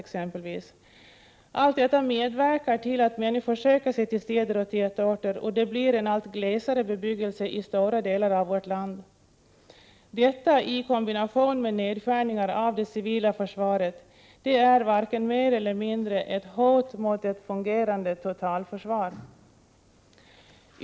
Allt detta medverkar till att människor söker sig tillstäder och tätorter och att det blir en allt glesare bebyggelse i stora delar av vårt land. Detta i kombination med nedskärningar av det civila försvaret är varken mer eller mindre än ett hot mot ett fungerande totalförsvar.